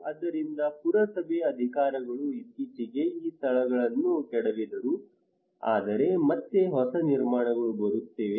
ಆದ್ದರಿಂದ ಪುರಸಭೆ ಅಧಿಕಾರಿಗಳು ಇತ್ತೀಚೆಗೆ ಈ ಸ್ಥಳಗಳನ್ನು ಕೆಡವಿದರು ಆದರೆ ಮತ್ತೆ ಹೊಸ ನಿರ್ಮಾಣಗಳು ಬರುತ್ತಿವೆ